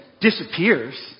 disappears